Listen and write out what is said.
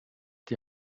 die